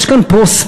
יש כאן פרוספריטי,